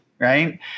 Right